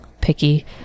picky